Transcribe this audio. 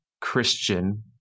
Christian